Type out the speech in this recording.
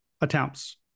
Attempts